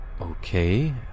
Okay